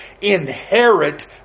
inherit